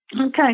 Okay